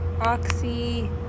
oxy